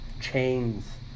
chains